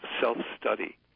self-study